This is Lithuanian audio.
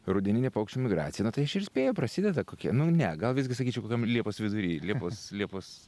rudeninė paukščių migracija nu tai spėju prasideda kokie nu ne gal visgi sakyčiau kokiam liepos vidury liepos liepos